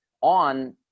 on